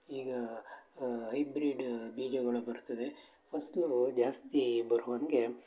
ಈಗ ಐಬ್ರೀಡ್ ಬೀಜಗಳು ಬರುತ್ತದೆ ಫಸಲು ಜಾಸ್ತೀ ಬರುವಂಗೆ